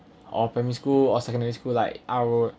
or primary school or secondary school like I would